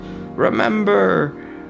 remember